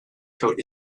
coat